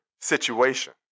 situation